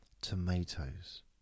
Tomatoes